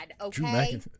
okay